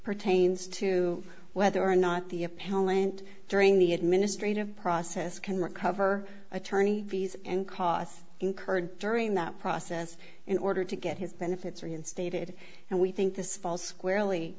pertains to whether or not the appellant during the administrative process can recover attorney fees and costs incurred during that process in order to get his benefits reinstated and we think this falls squarely